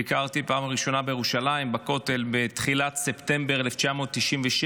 ביקרתי פעם ראשונה בירושלים בכותל בתחילת ספטמבר 1997,